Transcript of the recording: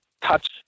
touch